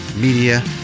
Media